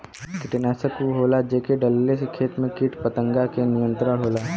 कीटनाशक उ होला जेके डलले से खेत में कीट पतंगा पे नियंत्रण होला